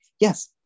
yes